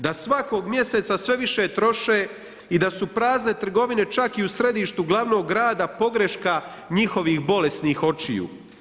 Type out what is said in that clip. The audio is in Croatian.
Da svakog mjeseca sve više troše i da su prazne trgovine čak i u središtu glavnog grada pogreška njihovih bolesnih očiju?